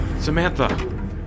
Samantha